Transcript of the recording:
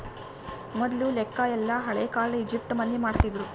ಮೊದ್ಲು ಲೆಕ್ಕ ಎಲ್ಲ ಹಳೇ ಕಾಲದ ಈಜಿಪ್ಟ್ ಮಂದಿ ಮಾಡ್ತಿದ್ರು